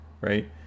right